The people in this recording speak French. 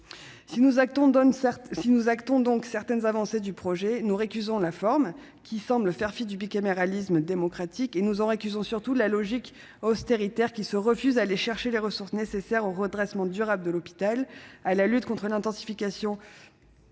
Si nous actons donc certaines avancées du projet de loi, nous en récusons la forme qui semble faire fi du bicamérisme démocratique, et nous en récusons surtout la logique austéritaire qui se refuse à aller chercher les ressources nécessaires au redressement durable de l'hôpital, à la lutte contre l'intensification de la